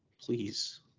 Please